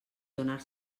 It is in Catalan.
donar